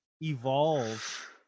evolve